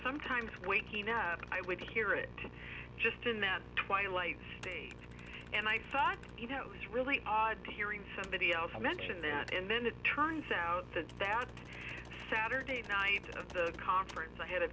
sometimes waking up i would hear it just in that twilight stage and i thought it was really odd hearing somebody else mention that and then it turns out that that saturday night of the conference i had a